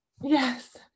yes